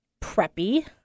preppy